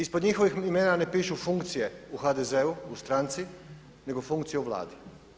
Ispod njihovih imena ne pišu funkcije u HDZ-u, u stranici, nego funkcije u Vladi.